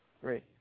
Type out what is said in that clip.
Great